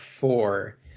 four